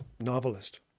novelist